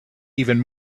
even